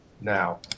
now